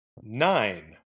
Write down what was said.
Nine